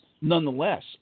Nonetheless